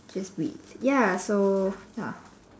just wheat ya so ya